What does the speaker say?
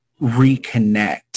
reconnect